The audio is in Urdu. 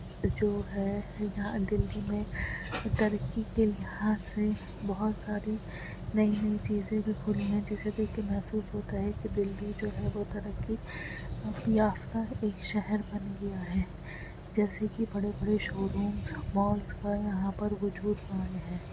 جو ہے یہاں دلی میں ترقی کے لحاظ سے بہت ساری نئی نئی چیزیں جو کھلی ہیں جسے دیکھ کے محسوس ہوتا ہے کہ دلی جو ہے وہ ترقی یافتہ ایک شہر بن گیا ہے جیسے کہ بڑے بڑے شورومس مالس وغیرہ یہاں پر وجود میں آئے ہیں